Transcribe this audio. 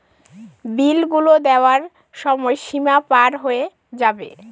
বিল গুলো দেওয়ার সময় সীমা পার হয়ে যাবে